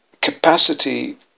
capacity